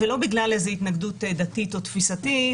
ולא בגלל התנגדות דתית או תפיסתית,